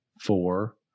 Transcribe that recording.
four